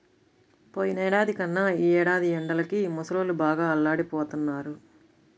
పోయినేడాది కన్నా ఈ ఏడాది ఎండలకి ముసలోళ్ళు బాగా అల్లాడిపోతన్నారు